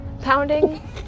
pounding